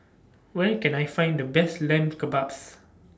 Where Can I Find The Best Lamb Kebabs